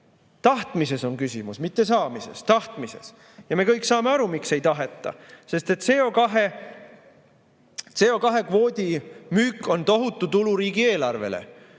Tahtmises on küsimus, mitte saamises. Tahtmises! Me kõik saame aru, miks ei taheta. Sest CO2‑kvoodi müük on tohutu tulu riigieelarvele.